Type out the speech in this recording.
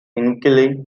hinckley